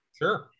sure